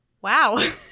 wow